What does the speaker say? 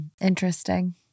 interesting